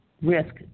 risk